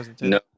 no